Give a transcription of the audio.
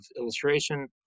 illustration